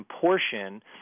portion